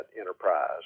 enterprise